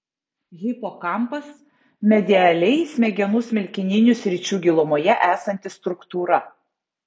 hipokampas medialiai smegenų smilkininių sričių gilumoje esanti struktūra